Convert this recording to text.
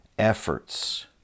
efforts